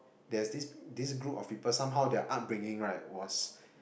there's this this group of people somehow their upbringing right was